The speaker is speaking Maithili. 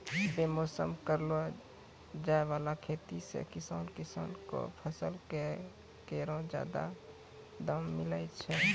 बेमौसम करलो जाय वाला खेती सें किसान किसान क फसल केरो जादा दाम मिलै छै